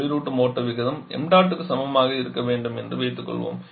குளிரூட்டும் ஓட்ட விகிதம் ṁ க்கு சமமாக இருக்க வேண்டும் என்று வைத்துக் கொள்வோம்